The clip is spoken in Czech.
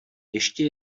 ještě